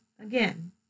again